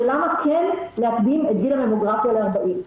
למה כן להקדים את גיל הממוגרפיה ל-40.